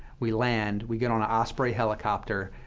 we land. we get on an osprey helicopter.